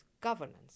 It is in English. governance